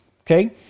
Okay